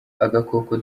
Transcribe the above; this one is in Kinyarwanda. agakoko